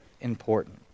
important